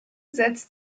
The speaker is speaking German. setzt